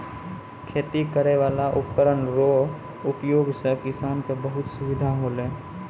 खेती करै वाला उपकरण रो उपयोग से किसान के बहुत सुबिधा होलै